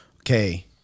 okay